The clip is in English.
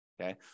Okay